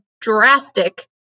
drastic